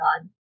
God